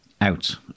out